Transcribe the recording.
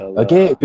okay